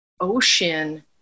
ocean